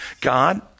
God